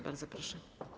Bardzo proszę.